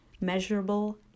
Measurable